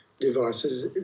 devices